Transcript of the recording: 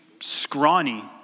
Scrawny